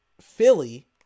Philly